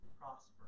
prosper